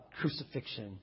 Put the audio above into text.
crucifixion